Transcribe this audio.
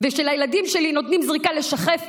וכשלילדים שלי נותנים זריקה נגד שחפת,